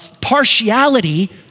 partiality